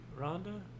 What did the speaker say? Rhonda